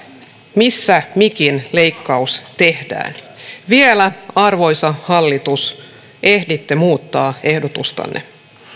missä mikin leikkaus tehdään vielä arvoisa hallitus ehditte muuttaa ehdotustanne